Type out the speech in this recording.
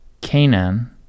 Canaan